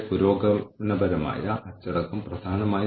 കൂടാതെ ഓരോ പങ്കാളിക്കും ഉൾപ്പെട്ട ചെലവുകൾ